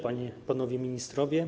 Panie i Panowie Ministrowie!